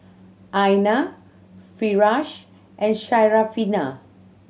Aina Firash and Syarafina